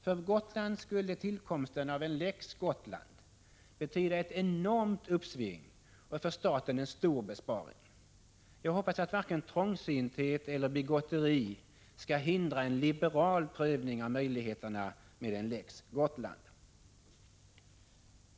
För Gotland skulle tillkomsten av en lex Gotland betyda ett enormt uppsving och för staten en stor besparing. Jag hoppas att varken trångsynthet eller bigotteri skall hindra en liberal prövning av möjligheterna med en lex Gotland.